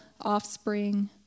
offspring